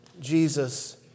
Jesus